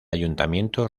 ayuntamiento